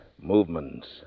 movements